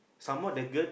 some more the girl